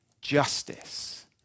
justice